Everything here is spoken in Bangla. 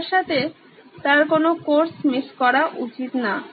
তার সাথে তার কোনো কোর্স মিস করা উচিত না